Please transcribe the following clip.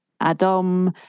Adam